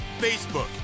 facebook